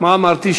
מה אמרתי?